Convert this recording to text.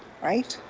right?